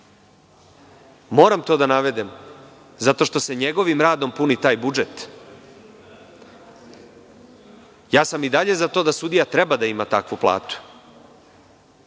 Moram to da navedem zato što se njegovim radom puni taj budžet. Ja sam i dalje za to da sudija treba da ima takvu platu,